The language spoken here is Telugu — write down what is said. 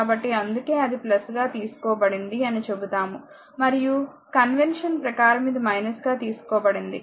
కాబట్టి అందుకే అది గా తీసుకోబడింది అని చెబుతాము మరియు కన్వెన్షన్ ప్రకారం ఇది గా తీసుకోబడింది